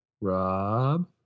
Rob